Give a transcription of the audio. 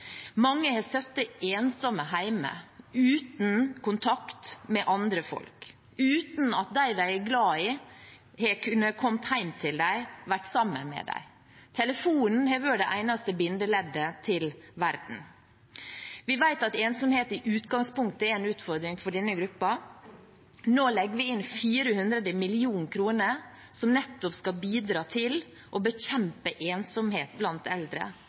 Mange har sittet ensomme hjemme uten kontakt med andre folk, uten at dem de er glad i, har kunnet komme hjem til dem eller vært sammen med dem. Telefonen har vært det eneste bindeleddet i verden. Vi vet at ensomhet i utgangspunktet er en utfordring for denne gruppen. Nå legger vi inn 400 mill. kr som nettopp skal bidra til å bekjempe ensomhet blant eldre,